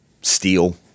steel